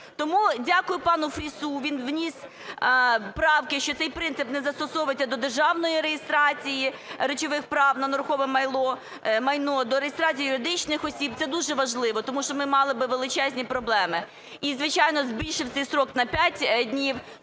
Тому дякую пану Фрісу, він вніс правки, що цей принцип не застосовується до державної реєстрації речових прав на нерухоме майно, до реєстрації юридичних осіб. Це дуже важливо, тому що ми б мали величезні проблеми. І, звичайно, збільшив цей строк на 5 днів.